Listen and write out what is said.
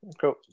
Cool